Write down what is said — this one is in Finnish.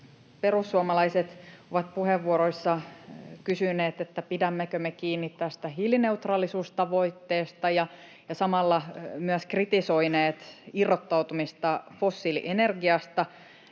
Perussuomalaiset ovat puheenvuoroissa kysyneet, pidämmekö me kiinni tästä hiilineutraalisuustavoitteesta, ja samalla myös kritisoineet irrottautumista fossiilienergiasta.